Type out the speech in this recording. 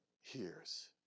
hears